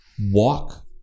walk